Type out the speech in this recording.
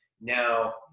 Now